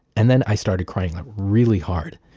and then i started crying really hard.